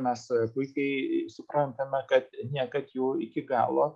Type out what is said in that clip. mes puikiai suprantame kad niekad jų iki galo